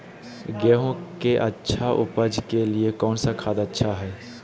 गेंहू के अच्छा ऊपज के लिए कौन खाद अच्छा हाय?